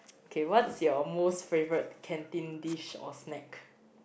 okay what's your most favourite canteen dish or snack